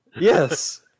Yes